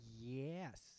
Yes